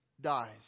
dies